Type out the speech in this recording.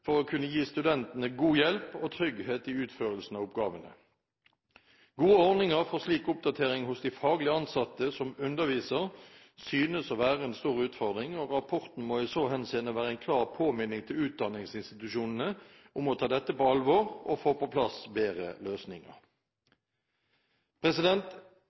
for å kunne gi studentene god hjelp og trygghet i utførelsen av oppgavene. Gode ordninger for slik oppdatering hos de faglig ansatte som underviser, synes å være en stor utfordring, og rapporten må i så henseende være en klar påminning til utdanningsinstitusjonene om å ta dette på alvor og få på plass bedre